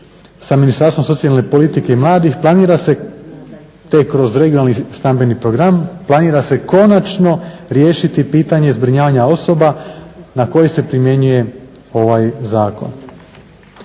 sa Ministarstvom socijalne politike i mladih planira se te kroz regionalni stambeni program planira se konačno riješiti pitanje zbrinjavanja osoba na koje se primjenjuje ovaj zakon.